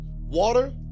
Water